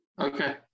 Okay